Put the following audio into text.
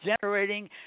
generating